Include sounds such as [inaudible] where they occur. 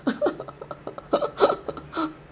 [laughs]